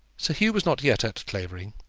sir hugh was not yet at clavering.